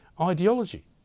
ideology